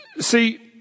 See